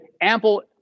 ample